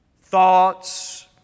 thoughts